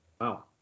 Wow